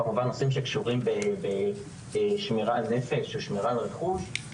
כמובן נושאים שקשורים בשמירה על נפש או שמירה על רכוש,